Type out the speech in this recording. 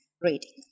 reading